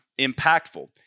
impactful